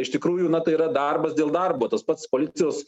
iš tikrųjų na tai yra darbas dėl darbo tas pats policijos